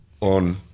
on